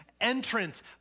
entrance